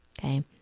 okay